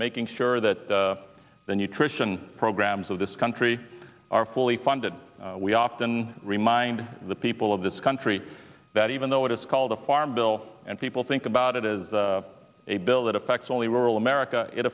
making sure that the nutrition programs of this country are fully funded we often remind the people of this country that even though it is called a farm bill and people think about it as a bill that affects only rural america it